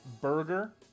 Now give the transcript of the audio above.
burger